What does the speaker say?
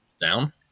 down